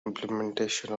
implementation